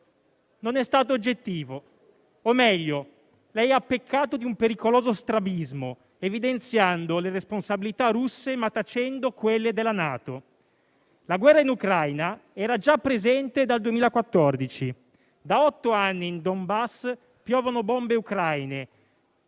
non è stato oggettivo. O meglio, lei ha peccato di un pericoloso strabismo, evidenziando le responsabilità russe, ma tacendo quelle della NATO. La guerra in Ucraina era già presente dal 2014: da otto anni in Donbass piovono bombe ucraine,